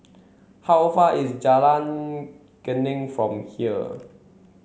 how far away is Jalan Geneng from here